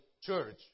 church